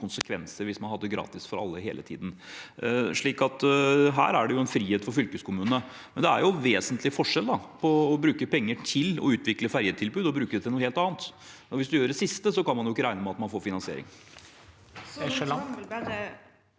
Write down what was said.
hvis man hadde gratis ferje for alle hele tiden. Så her er det en frihet for fylkeskommunene, men det er en vesentlig forskjell på å bruke penger til å utvikle ferjetilbud og å bruke dem til noe helt annet. Hvis man gjør det siste, kan man ikke regne med at man får finansiering.